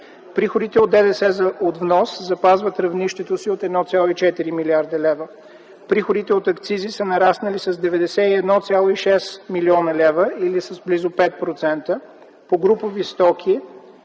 Приходите от ДДС от внос запазват равнището си от 1,4 млрд. лв. Приходите от акцизи са нараснали с 91,6 млн. лв. или с близо 5%. По групови стоки